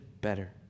better